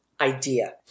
idea